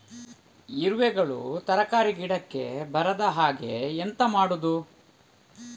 ಇರುವೆಗಳು ತರಕಾರಿ ಗಿಡಕ್ಕೆ ಬರದ ಹಾಗೆ ಎಂತ ಮಾಡುದು?